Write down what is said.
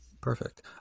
perfect